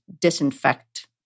disinfect